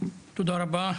תודה רבה,